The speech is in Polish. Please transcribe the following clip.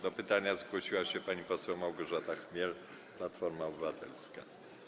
Do pytania zgłosiła się pani poseł Małgorzata Chmiel, Platforma Obywatelska.